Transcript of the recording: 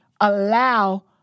Allow